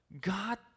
God